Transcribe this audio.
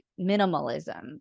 minimalism